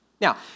Now